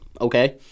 okay